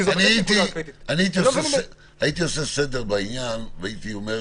הייתי עושה סדר בעניין והייתי אומר,